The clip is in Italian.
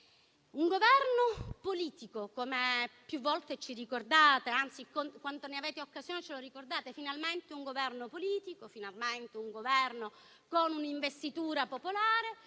un Governo politico, come più volte ci ricordate. Anzi, quando ne avete occasione, ce lo ricordate sempre: finalmente un Governo politico, finalmente un Governo con un'investitura popolare,